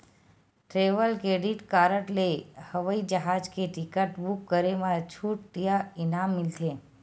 travel credit card ले हवई जहाज के टिकट बूक करे म छूट या इनाम मिलथे